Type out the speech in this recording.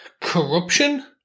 corruption